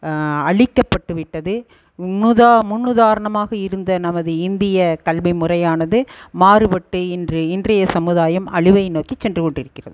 அழிக்கப்பட்டுவிட்டது மும்முதா முன் உதாரணமாக இருந்த நமது இந்திய கல்விமுறையானது மாறுப்பட்டு இன்று இன்றைய சமுதாயம் அழிவை நோக்கி சென்று கொண்டு இருக்கிறது